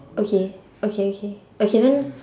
okay okay okay okay then